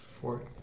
four